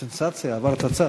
סנסציה, עברת צד.